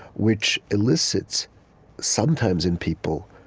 which elicits sometimes in people,